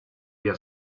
via